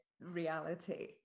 reality